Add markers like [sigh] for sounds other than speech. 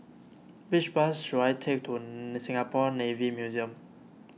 which bus should I take to [hesitation] Singapore Navy Museum